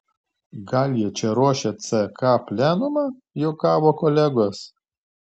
gal jie čia ruošia ck plenumą juokavo kolegos